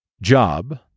job